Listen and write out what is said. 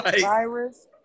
virus